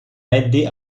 eddie